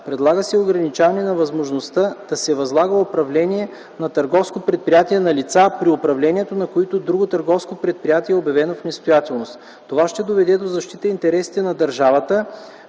Предлага се ограничаване на възможността да се възлага управлението на търговско предприятие на лица, при управлението на които друго търговско предприятие е обявено в несъстоятелност. Това ще доведе до защита интересите на държавата